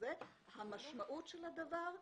המשמעות של הדבר,